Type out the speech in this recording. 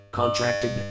contracted